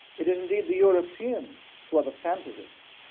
it is indeed the europeans who are the fantasists.